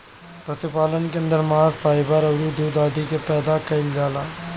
पशुपालन के अंदर मांस, फाइबर अउरी दूध आदि के पैदा कईल जाला